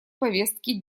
повестке